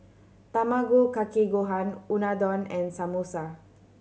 Tamago Kake Gohan Unadon and Samosa